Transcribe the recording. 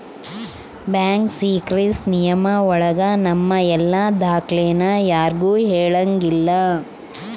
bank secrecy ನಿಯಮ ಒಳಗ ನಮ್ ಎಲ್ಲ ದಾಖ್ಲೆನ ಯಾರ್ಗೂ ಹೇಳಂಗಿಲ್ಲ